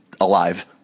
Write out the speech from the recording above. alive